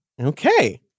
Okay